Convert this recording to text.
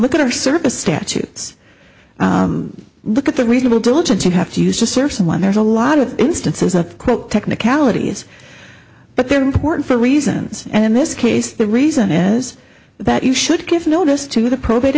look at our service statutes look at the reasonable diligence you have to use to serve someone there's a lot of instances of quote technicalities but they're important for reasons and in this case the reason is that you should give notice to the probate